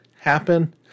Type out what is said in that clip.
happen